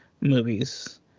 movies